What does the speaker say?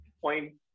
point